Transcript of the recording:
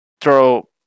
throw